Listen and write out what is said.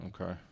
Okay